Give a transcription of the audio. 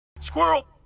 Squirrel